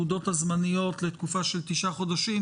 תעודות הזמניות לתקופה של 9 חודשים,